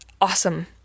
awesome